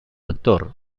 actor